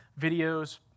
videos